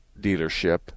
dealership